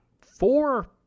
four